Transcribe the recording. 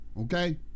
okay